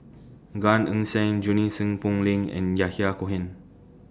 Gan Eng Seng Junie Sng Poh Leng and Yahya Cohen